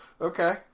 Okay